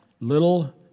little